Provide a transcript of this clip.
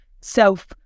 self